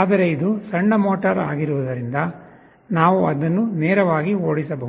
ಆದರೆ ಇದು ಸಣ್ಣ ಮೋಟರ್ ಆಗಿರುವುದರಿಂದ ನಾವು ಅದನ್ನು ನೇರವಾಗಿ ಓಡಿಸಬಹುದು